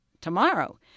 tomorrow